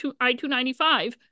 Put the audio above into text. I-295